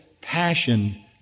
passion